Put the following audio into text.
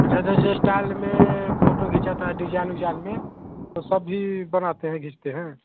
अच्छा जैसे इस्टाइल में फ़ोटो खिचाता है डिजाइन ओजाइन में तो सभी बनाते हैं खींचते हैं